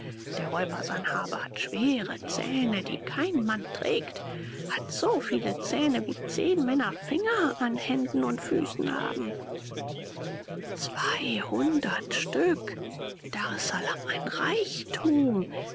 der räuber sanhabe hat schwere zähne die kein mann trägt hat so viele zähne wie zehn männer finger an händen und füßen haben zweihundert stück in daressalam ein reichtum